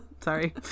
Sorry